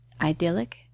idyllic